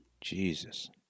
Jesus